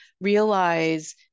realize